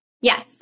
Yes